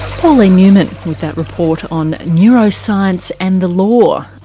pauline newman, with that report on neuroscience and the law,